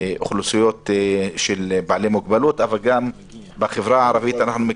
אוכלוסיות של בעלי מוגבלות אבל גם בחברה הערבית,